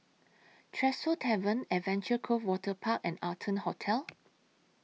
Tresor Tavern Adventure Cove Waterpark and Arton Hotel